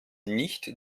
nicht